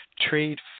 trade